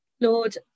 Lord